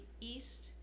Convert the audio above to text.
east